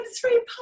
three